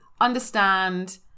Understand